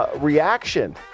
reaction